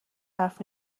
حرف